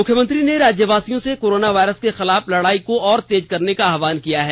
मुख्यमंत्री ने राज्यवासियों से कोरोना वायरस के खिलाफ लड़ाई को और तेज करने का आह्वान किया है